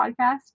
podcast